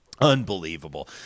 Unbelievable